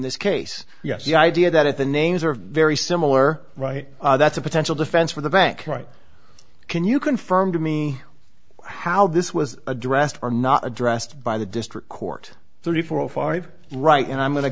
this case yes the idea that if the names are very similar right that's a potential defense for the bank right can you confirm to me how this was addressed or not addressed by the district court thirty four zero five right and i'm going to